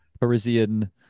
Parisian